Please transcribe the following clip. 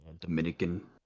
Dominican